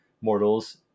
mortals